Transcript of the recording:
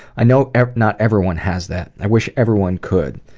i know not everyone has that i wish everyone could.